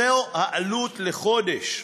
זו העלות לחודש.